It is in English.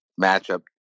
matchup